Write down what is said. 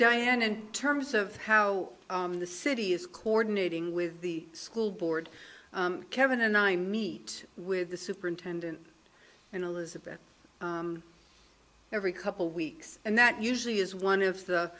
diane in terms of how the city's cordon ating with the school board kevin and i meet with the superintendent and elizabeth every couple weeks and that usually is one of the